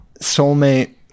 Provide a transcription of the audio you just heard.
soulmate